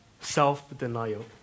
self-denial